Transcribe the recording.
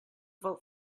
vote